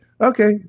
okay